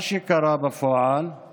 מה שקורה בפועל הוא